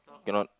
cannot